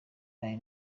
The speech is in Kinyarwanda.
ian